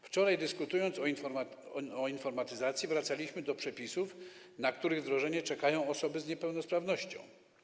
Wczoraj, dyskutując o informatyzacji, wracaliśmy do przepisów, na których wdrożenie czekają osoby z niepełnosprawnościami.